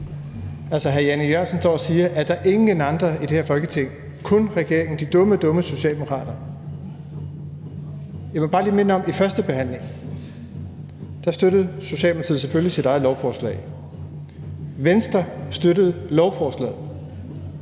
Altså, hr. Jan E. Jørgensen står og siger, at der ingen andre er i det her Folketing; det er kun regeringen, de dumme, dumme socialdemokrater. Jeg vil bare lige minde om, at i førstebehandlingen støttede Socialdemokratiet selvfølgelig sit eget lovforslag, men også Venstre støttede lovforslaget,